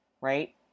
right